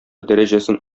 дәрәҗәсен